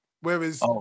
Whereas